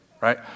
right